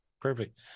Perfect